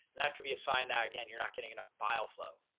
that could be a sign that again, you're not getting enough bile flow.